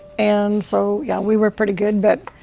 and so, yeah, we were pretty good, but,